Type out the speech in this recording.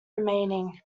remaining